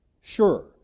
sure